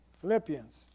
Philippians